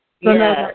Yes